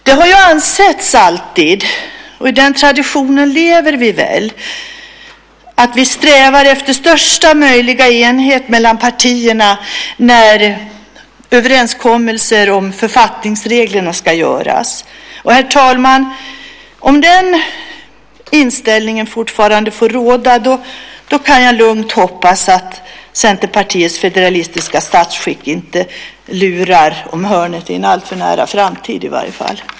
Det har ju alltid ansetts - i den traditionen lever vi väl - att vi strävar efter största möjliga enighet mellan partierna när överenskommelser om författningsregler ska göras. Herr talman, om den inställningen fortfarande får råda så kan jag lugnt hoppas att Centerpartiets federalistiska statsskick inte lurar runt hörnet i en alltför nära framtid i varje fall.